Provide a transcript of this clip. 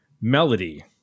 melody